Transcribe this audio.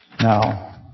Now